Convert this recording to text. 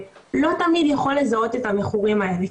שלא תמיד יכול לזהות את המכורים האלה.